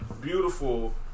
beautiful